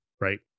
right